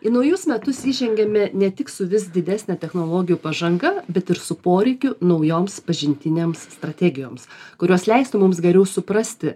į naujus metus įžengiame ne tik su vis didesne technologijų pažanga bet ir su poreikiu naujoms pažintinėms strategijoms kurios leistų mums geriau suprasti